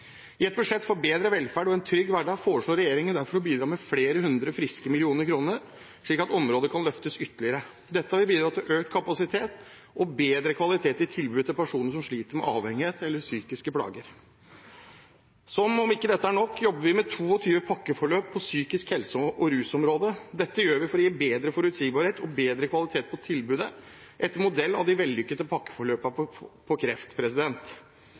I et budsjett for bedre velferd og en trygg hverdag foreslår regjeringen derfor å bidra med flere hundre millioner friske kroner, slik at området kan løftes ytterligere. Dette vil bidra til økt kapasitet og bedre kvalitet i tilbudet til personer som sliter med avhengighet eller psykiske plager. Som om ikke dette er nok, jobber vi med 22 pakkeforløp på områdene psykisk helse og rus. Dette gjør vi for å gi bedre forutsigbarhet og bedre kvalitet på tilbudet, etter modell av de vellykkede pakkeforløpene for kreft. Tilskuddet til kommunepsykologer, tung satsing på helsestasjoner og på